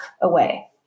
away